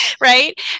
right